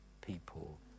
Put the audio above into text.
people